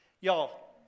Y'all